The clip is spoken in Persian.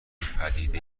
پدیده